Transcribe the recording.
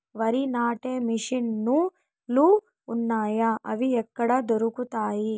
వరి నాటే మిషన్ ను లు వున్నాయా? అవి ఎక్కడ దొరుకుతాయి?